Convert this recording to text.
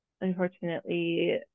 unfortunately